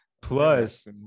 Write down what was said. plus